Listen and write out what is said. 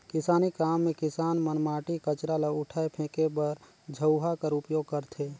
किसानी काम मे किसान मन माटी, कचरा ल उठाए फेके बर झउहा कर उपियोग करथे